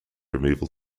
removal